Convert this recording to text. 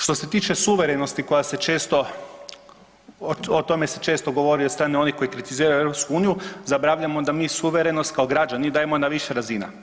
Što se tiče suverenosti koja se često, o tome se često govori od strane onih koji kritiziraju EU zaboravljamo da mi suverenost kao građani dajemo na više razina.